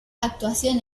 actuación